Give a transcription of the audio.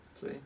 see